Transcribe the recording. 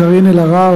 קארין אלהרר,